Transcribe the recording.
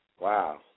Wow